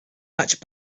much